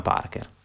Parker